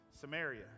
Samaria